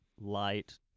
light